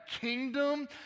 kingdom